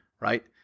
right